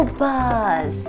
bus